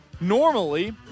normally